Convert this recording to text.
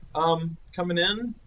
um coming in,